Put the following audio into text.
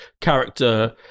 character